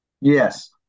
Yes